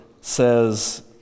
says